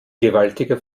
gewaltiger